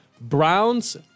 Browns